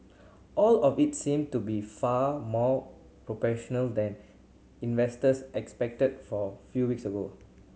all of it seem to be far more than investors expected for few weeks ago